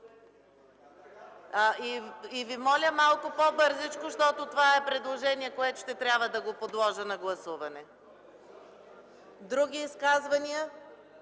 И Ви моля малко по-бързичко, защото това е предложение, което ще трябва да го подложа на гласуване! ЕМИЛ ВАСИЛЕВ